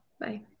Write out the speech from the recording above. Bye